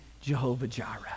Jehovah-Jireh